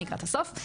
אני לקראת הסוף.